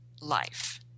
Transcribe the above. life